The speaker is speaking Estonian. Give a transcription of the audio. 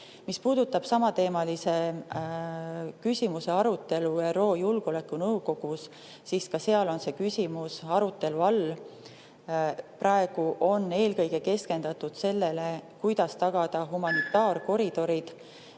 Mis puudutab samateemalise küsimuse arutelu ÜRO Julgeolekunõukogus, siis ka seal on see küsimus arutelu all. Praegu on keskendutud eelkõige sellele, kuidas tagada humanitaarkoridorid.